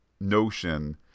notion